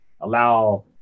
allow